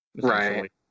Right